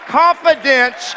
confidence